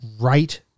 right